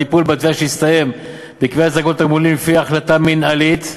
טיפול בתביעה שהסתיים בקביעת זכאות לתגמולים לפי החלטה מינהלית,